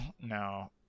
no